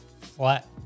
flat